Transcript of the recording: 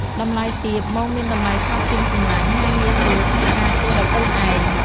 តម្លៃទាប មងមានតម្លៃថោកជាងសំណាញ់ ហើយងាយស្រួលក្នុងការធ្វើដោយខ្លួនឯង។